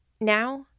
Now